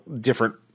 different